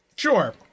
Sure